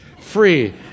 free